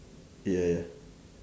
ya ya